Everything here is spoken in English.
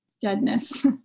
deadness